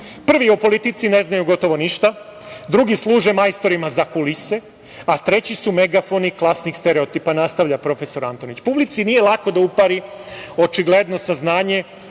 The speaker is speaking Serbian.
o politici ne znaju gotovo ništa, drugi služe majstorima za kulise, a treći su megafoni klasnih stereotipa, nastavlja profesor Antonić. Publici nije lako da upari očigledno saznanje,